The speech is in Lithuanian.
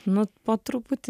nu po truputį